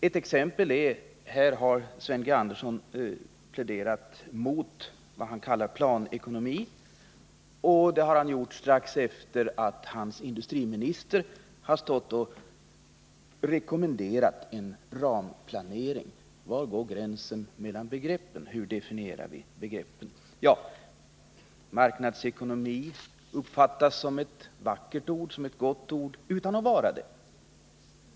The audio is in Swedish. Ett exempel är att Sven G. Andersson här pläderade mot vad han kallade planekonomi, strax efter det att industriministern hade rekommenderat en ramplanering. Var går gränsen mellan begreppen? Hur definierar vi dem? Marknadsekonomi uppfattas som ett vackert och gott ord utan att systemet i sig är det.